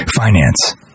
Finance